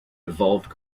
evolved